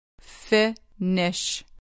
Finish